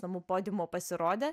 namų podiumo pasirodė